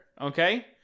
Okay